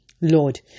Lord